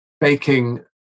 baking